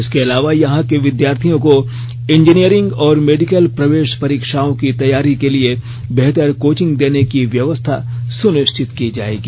इसके अलावा यहां के विद्यार्थियों को इंजीनयरिंग और मेडिकल प्रवेश परीक्षाओं की तैयारी के लिए बेहतर कोचिंग देने की व्यवस्था सुनिश्चित की जाएगी